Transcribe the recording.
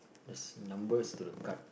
there's number to the card